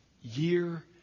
year